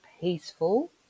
peaceful